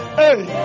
hey